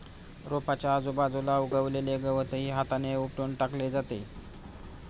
रोपाच्या आजूबाजूला उगवलेले गवतही हाताने उपटून टाकले जाते